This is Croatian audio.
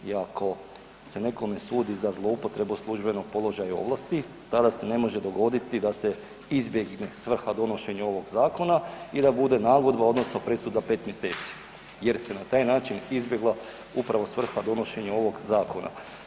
I ako se nekome sudi za zloupotrebu službenog položaja i ovlasti tada se ne može dogoditi da se izbjegne svrha donošenja ovoga zakona i da bude nagodba odnosno presuda 5 mjeseci, jer se na taj način izbjegla upravo svrha donošenja ovoga zakona.